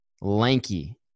lanky